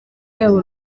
yaba